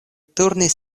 turnis